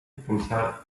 impulsar